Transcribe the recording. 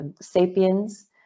Sapiens